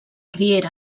riera